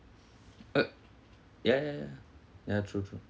uh ya ya ya ya true true